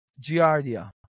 giardia